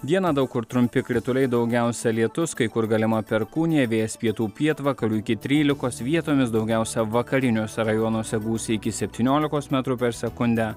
dieną daug kur trumpi krituliai daugiausia lietus kai kur galima perkūnija vėjas pietų pietvakarių iki trylikos vietomis daugiausia vakariniuose rajonuose gūsiai iki septyniolikos metrų per sekundę